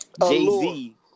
Jay-Z